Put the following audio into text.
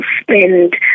spend